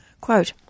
Quote